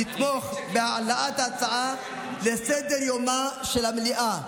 לתמוך בהעלאת ההצעה על סדר-יומה של המליאה.